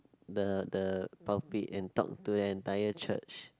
the the pulpit and talk to entire church